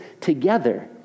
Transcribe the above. together